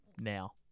now